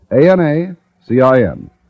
A-N-A-C-I-N